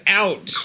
out